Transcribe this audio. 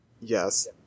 Yes